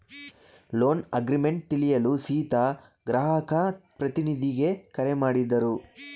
loan agreement ತಿಳಿಯಲು ಸೀತಾ ಗ್ರಾಹಕ ಪ್ರತಿನಿಧಿಗೆ ಕರೆ ಮಾಡಿದರು